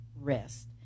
rest